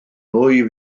nwy